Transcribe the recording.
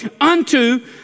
unto